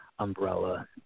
Umbrella